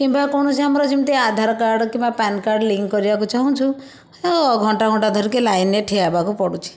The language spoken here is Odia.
କିମ୍ବା କୌଣସି ଆମର ଯେମିତି ଆଧାର କାର୍ଡ଼ କିମ୍ବା ପ୍ୟାନ୍ କାର୍ଡ଼ ଲିଙ୍କ କରିବାକୁ ଚାହୁଁଛୁ ଘଣ୍ଟା ଘଣ୍ଟା ଧରିକି ଲାଇନ୍ରେ ଠିଆ ହେବାକୁ ପଡ଼ୁଛି